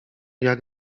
jak